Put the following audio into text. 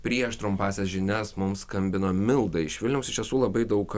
prieš trumpąsias žinias mums skambino milda iš vilniaus iš tiesų labai daug